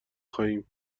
خواهیم